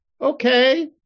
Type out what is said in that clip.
Okay